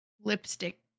lipstick